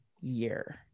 year